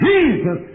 Jesus